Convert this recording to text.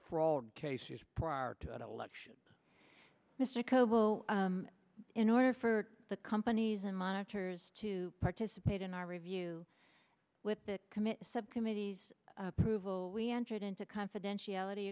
fraud case prior to election mr coble in order for the companies in monitors to participate in our review with the committee subcommittees approval we entered into confidentiality